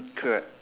correct